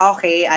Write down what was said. Okay